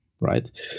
right